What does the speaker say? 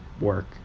work